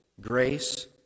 grace